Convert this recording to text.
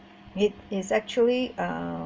it is actually uh